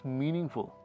meaningful